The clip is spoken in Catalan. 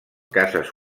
cases